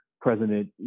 president